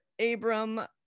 Abram